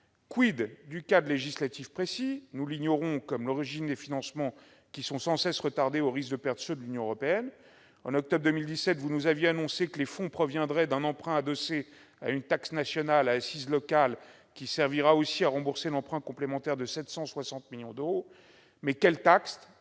du cadre législatif précis ? Nous l'ignorons comme l'origine des financements qui sont sans cesse retardés, au risque de perdre ceux de l'Union européenne. En octobre 2017, vous nous aviez annoncé que les fonds proviendraient d'un emprunt adossé à une taxe nationale, à assise locale, qui servira aussi à rembourser l'emprunt complémentaire de 760 millions d'euros. Toutefois, quelle taxe